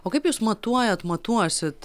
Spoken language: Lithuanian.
o kaip jūs matuojat matuosit